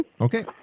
Okay